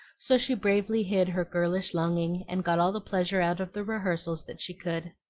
so she bravely hid her girlish longing, and got all the pleasure out of the rehearsals that she could.